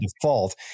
default